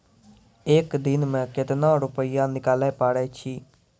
एक दिन मे केतना रुपैया निकाले पारै छी?